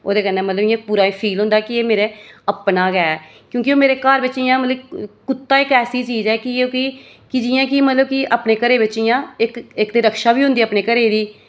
ओह्दे कन्नै मतलब इ'यां पूरा फील होंदा कि एह् मेरा अपना गै ऐ क्योंकि ओह् मेरे घर बिच इ'यां मतलब कुत्ता इक ऐसी चीज ऐ कि कयोंकि कि जि'यां कि मतलब अपने घरे बिच इ'यां इक ते रक्षा बी होंदी अपने घरै दी